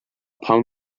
pam